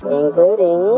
including